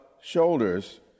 shoulders